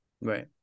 Right